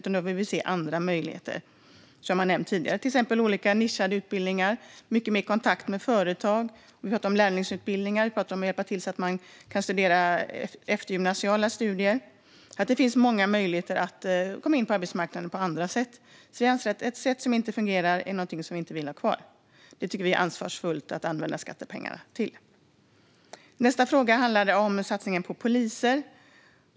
Vi vill därför se andra möjligheter, som jag har nämnt tidigare, till exempel olika nischade utbildningar och mycket mer kontakt med företag. Vi pratar om lärlingsutbildningar. Vi pratar om att hjälpa till så att man kan bedriva eftergymnasiala studier. Det finns många möjligheter att komma in på arbetsmarknaden på andra sätt. Ett sätt som inte fungerar är någonting som vi inte vill ha kvar. Vi vill använda skattepengarna ansvarsfullt. Nästa fråga handlade om satsningen på poliser.